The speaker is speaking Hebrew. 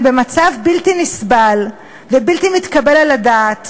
במצב בלתי נסבל ובלתי מתקבל על הדעת